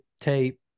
tape